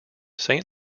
saint